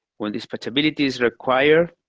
when dispatchability is required,